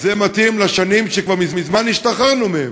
זה מתאים לשנים שכבר מזמן השתחררנו מהן.